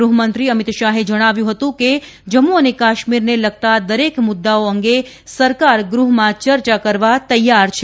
ગૃહમંત્રી અમિત શાહે જણાવ્યું હતું કે જમ્મુ અને કાશ્મીરને લગતા દરેક મુદ્દાઓ અંગે સરકાર ગૂહમાં ચર્ચા કરવા તૈયાર છે